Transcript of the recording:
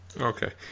Okay